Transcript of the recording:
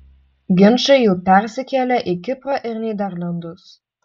ginčai jau persikėlė į kiprą ir nyderlandus